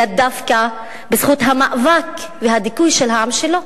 אלא דווקא בזכות המאבק והדיכוי של העם שלו,